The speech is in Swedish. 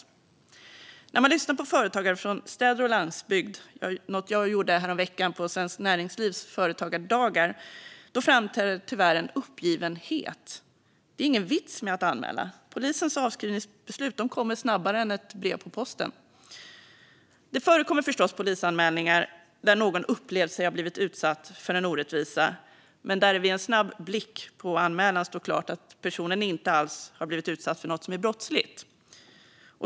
För den som lyssnar på företagare från städer och landsbygd, något jag gjorde häromveckan på Svenskt Näringslivs företagardagar, framträder tyvärr en uppgivenhet. Det är ingen vits med att anmäla. Polisens avskrivningsbeslut kommer snabbare än ett brev på posten. Det förekommer förstås polisanmälningar där någon upplever sig ha blivit utsatt för en orättvisa men där det vid en snabb blick på anmälan står klart att personen inte alls blivit utsatt för något som är brottsligt.